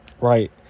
right